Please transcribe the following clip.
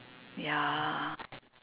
ya